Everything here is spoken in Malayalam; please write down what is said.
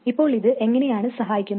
ഇപ്പോൾ ഇത് എങ്ങനെയാണ് സഹായിക്കുന്നത്